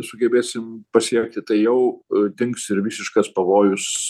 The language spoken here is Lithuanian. sugebėsim pasiekti tai jau dings ir visiškas pavojus